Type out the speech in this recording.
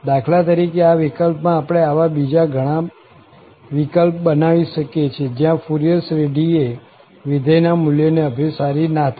દાખલા તરીકે આ વિકલ્પમાં આપણે આવા બીજા ઘણા વિકલ્પ બનાવી શકીએ છીએ જ્યાં ફુરિયર શ્રેઢીએ વિધેયના મુલ્યને અભિસારી ના થાય